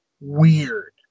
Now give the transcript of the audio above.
weird